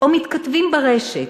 או מתכתבים ברשת,